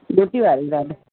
बूटी वारी ईंदव